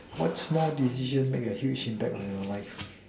what small decision make a huge impact on your life